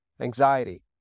anxiety